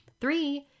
Three